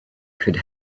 could